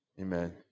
Amen